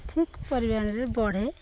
ଠିକ୍ ପରିମାଣରେ ବଢ଼େ